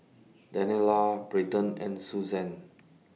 Daniela Braedon and Suzan